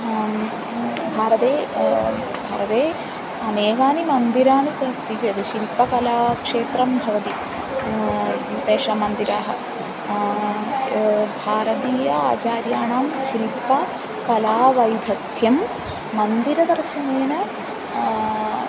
भारते भारते अनेकानि मन्दिराणि सनति चेत् शिल्पकलाक्षेत्रं भवति तेषां मन्दिराणि भारतीय आचार्याणां शिल्पकलावैधक्यं मन्दिरदर्शनेन